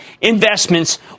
investments